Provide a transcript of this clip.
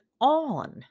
on